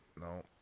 no